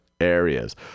areas